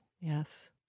Yes